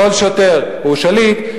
כל שוטר הוא שליט,